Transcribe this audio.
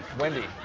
windy.